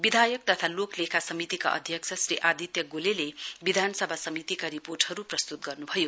विधायक तथा लोक लेखा समितिका अध्यक्ष श्री आदित्य गोलेले विधानसभा समितिका रिर्पोटहरू प्रस्तुत गर्नुभयो